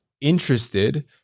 interested